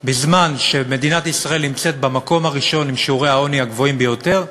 בזמן שמדינת ישראל נמצאת במקום הראשון עם שיעורי העוני הגבוהים ביותר,